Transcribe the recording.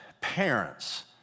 parents